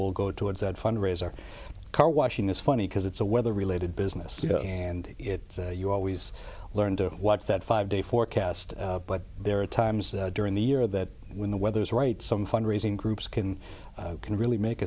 will go towards that fundraiser car washing is funny because it's a weather related business and it you always learn to watch that five day forecast but there are times during the year that when the weather is right some fund raising groups can can really make